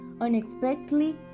Unexpectedly